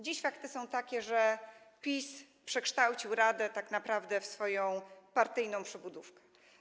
Dziś fakty są takie, że PiS przekształcił radę tak naprawdę w swoją partyjną przybudówkę.